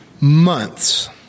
months